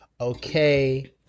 Okay